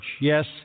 Yes